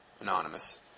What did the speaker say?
anonymous